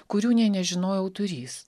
kurių nė nežinojau turįs